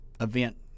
event